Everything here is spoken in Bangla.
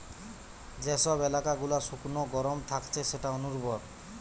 যে সব এলাকা গুলা শুকনো গরম থাকছে সেটা অনুর্বর